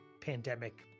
pandemic